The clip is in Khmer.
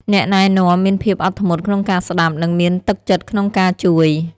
អ្នកណែនាំមានភាពអត់ធ្មត់ក្នុងការស្តាប់ និងមានទឹកចិត្តក្នុងការជួយ។